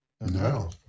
No